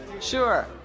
Sure